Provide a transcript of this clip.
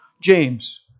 James